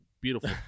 beautiful